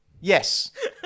Yes